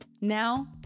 Now